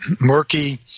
murky